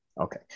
okay